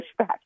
pushback